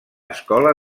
escola